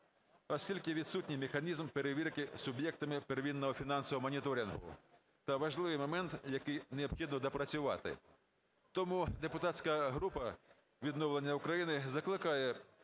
оскільки відсутній механізм перевірки суб'єктами первинного фінансового моніторингу. То важливий момент, який необхідно допрацювати. Тому депутатська група "Відновлення України" закликає